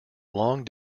long